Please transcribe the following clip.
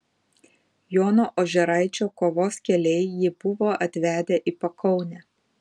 jono ožeraičio kovos keliai jį buvo atvedę į pakaunę